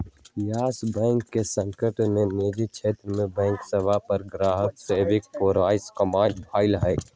इयस bank के संकट से निजी क्षेत्र के बैंक सभ पर गहकी सभके भरोसा कम भेलइ ह